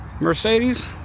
Mercedes